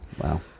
Wow